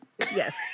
Yes